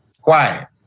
quiet